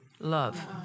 love